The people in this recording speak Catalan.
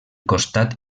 costat